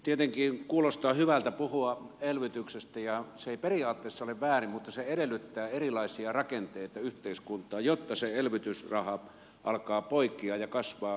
tietenkin kuulostaa hyvältä puhua elvytyksestä ja se ei periaatteessa ole väärin mutta se edellyttää erilaisia rakenteita yhteiskuntaan jotta se elvytysraha alkaa poikia ja kasvaa korkoa